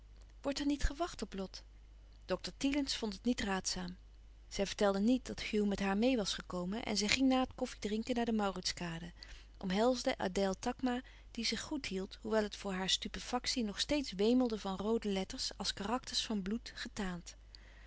wordt er niet gewacht op lot dokter thielens vond het niet raadzaam zij vertelde niet dat hugh met haar meê was gekomen en zij ging na het koffie drinken naar de mauritskade omhelsde adèle takma die zich goed hield hoewel het voor haar stupefactie nog steeds wemelde van roode letters als karakters van bloed getaand